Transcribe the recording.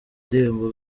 ndirimbo